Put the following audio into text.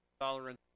tolerance